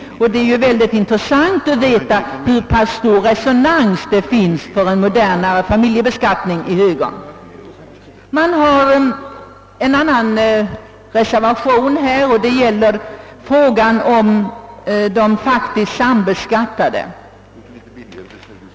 Mot den bakgrunden är det särskilt intressant att få veta hur pass stor resonans det inom högern finns för en modernare familjebeskattning. Den andra av de två högerreservationerna gäller frågan om de faktiskt sambeskattade.